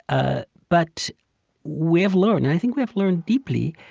ah but we have learned, and i think we have learned deeply,